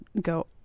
go